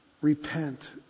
Repent